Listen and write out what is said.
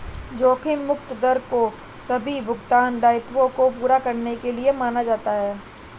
जोखिम मुक्त दर को सभी भुगतान दायित्वों को पूरा करने के लिए माना जाता है